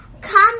Come